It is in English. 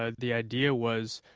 ah the idea was,